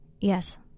Yes